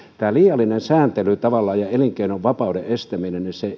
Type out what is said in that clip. tämä liiallinen sääntely tavallaan ja elinkeinovapauden estäminen